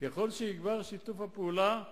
ככל שיגבר שיתוף הפעולה,